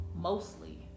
mostly